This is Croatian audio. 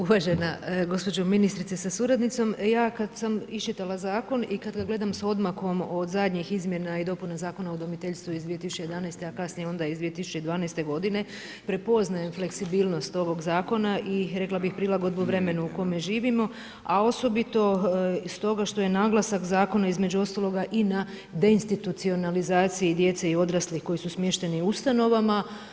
Uvaženo gospođo ministrice sa suradnicom, ja kada sam iščitala zakon, i kada gledam sa odmakom o zadnjih izmjena i dopuna Zakona o udomiteljstvu i uz 2011. a kasnije onda iz 2012. g. prepoznaje fleksibilnost ovog zakona i rekla bi prilagodbu vremena u kojem živimo, a osobito s toga, što je naglasak zakona između ostaloga i na deinstitucionalizacija djece i odraslih koji su smješteni u ustanovama.